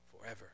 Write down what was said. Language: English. forever